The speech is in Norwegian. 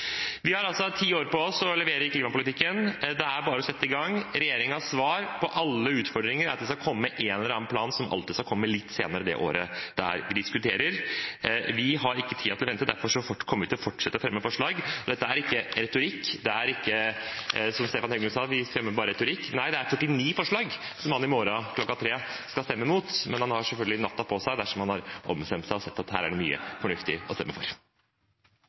Vi har altså ti år på oss til å levere i klimapolitikken. Det er bare å sette i gang. Regjeringens svar på alle utfordringer er at de skal komme med en eller annen plan som alltid skal komme litt senere det året vi diskuterer det. Vi har ikke tid til å vente, derfor kommer vi til å fortsette å fremme forslag. Dette er ikke retorikk, det er ikke som Stefan Heggelund sa, at vi bare fremmer retorikk. Nei, det er 49 forslag som han i morgen klokken 15 skal stemme mot, men han har selvfølgelig natten på seg dersom han har ombestemt seg og sett at her er det mye fornuftig å stemme for.